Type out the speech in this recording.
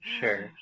sure